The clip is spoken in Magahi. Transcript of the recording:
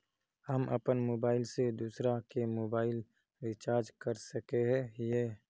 हम अपन मोबाईल से दूसरा के मोबाईल रिचार्ज कर सके हिये?